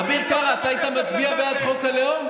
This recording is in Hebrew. אביר קארה, אתה היית מצביע בעד חוק הלאום?